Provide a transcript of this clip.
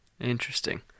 interesting